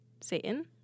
Satan